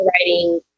writing